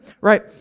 Right